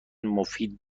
مفید